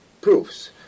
proofs